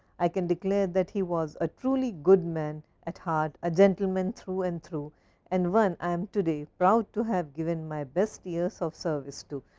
i can declare that he was a truly good man at heart a gentleman through and through and one i am today proud to have given my best years of service to.